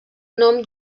nom